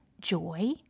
joy